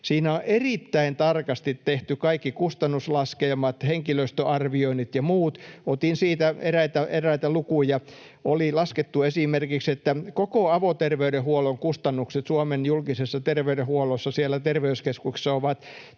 Siinä on erittäin tarkasti tehty kaikki kustannuslaskelmat, henkilöstöarvioinnit ja muut. Otin siitä eräitä lukuja. Oli laskettu esimerkiksi, että koko avoterveydenhuollon kustannukset Suomen julkisessa terveydenhuollossa, siellä terveyskeskuksissa, ovat